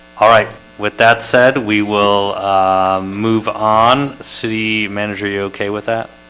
alright with that said we will move on city manager you okay with that?